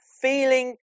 feeling